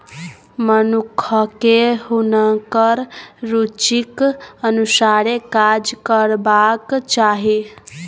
मनुखकेँ हुनकर रुचिक अनुसारे काज करबाक चाही